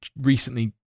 recently